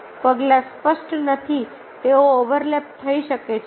પગલાં સ્પષ્ટ નથી તેઓ ઓવરલેપ થઈ શકે છે